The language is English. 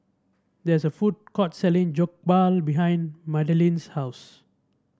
there is a food court selling Jokbal behind Madalynn's house